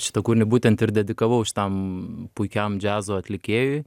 šitą kūrinį būtent ir dedikavau šitam puikiam džiazo atlikėjui